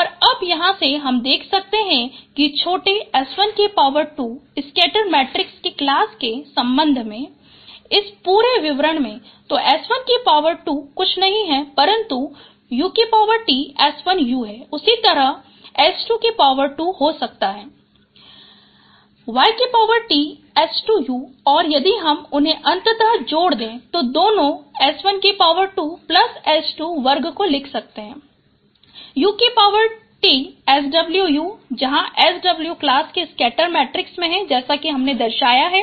और अब यहाँ से हम देख सकते हैं कि छोटे s12 स्कैटर मैट्रिक्स की क्लास के सम्बद्ध में इस पूरे विवरण में तो s12 कुछ नहीं है परन्तु uTs1u है उसी तरह s22 हो सकता है uTs2u और यदि हम उन्हें अनंत जोड़ दें तो दोनों S12S2 वर्ग को लिख सकते है uTSwu जहाँ Sw क्लास के स्कैटर मैट्रिक्स में है जैसा हमने दर्शाया है